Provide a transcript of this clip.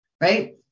right